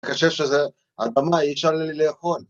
אני חושב שזה אדומה, אי אפשר לאכול.